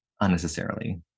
unnecessarily